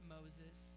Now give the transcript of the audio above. Moses